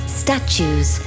statues